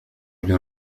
إلى